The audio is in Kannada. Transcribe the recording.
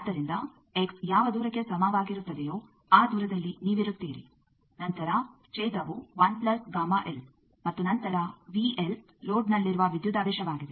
ಆದ್ದರಿಂದ ಎಕ್ಸ್ ಯಾವ ದೂರಕ್ಕೆ ಸಮವಾಗಿರುತ್ತದೆಯೋ ಆ ದೂರದಲ್ಲಿ ನೀವಿರುತ್ತೀರಿ ನಂತರ ಛೇಧವು ಮತ್ತು ನಂತರ ಲೋಡ್ನಲ್ಲಿರುವ ವಿದ್ಯುದಾವೇಶವಾಗಿದೆ